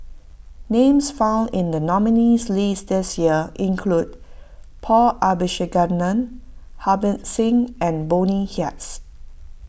names found in the nominees' list this year include Paul Abisheganaden Harbans Singh and Bonny